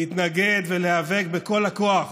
להתנגד ולהיאבק בכל הכוח